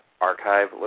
archive